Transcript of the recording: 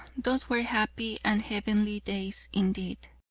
those were happy and heavenly days indeed.